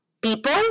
people